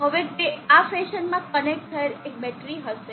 હવે તે આ ફેશનમાં કનેક્ટ થયેલ એક બેટરી હશે